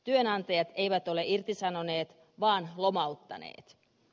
työnantajat eivät ole irtisanoneet vaan lomauttaneet